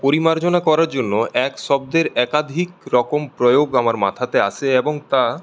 পরিমার্জনা করার জন্য এক শব্দের একাধিক রকম প্রয়োগ আমার মাথাতে আসে এবং তা